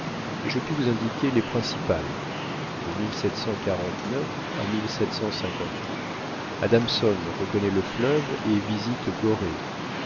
et je puis vous indiquer les principales de à adamson reconnaît le fleuve et visite gorée